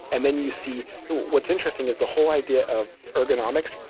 and then you see what's interesting is the whole idea of ergonomics.